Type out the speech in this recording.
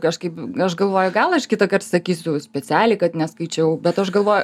kažkaip aš galvoju gal aš kitąkart sakysiu specialiai kad neskaičiau bet aš galvoju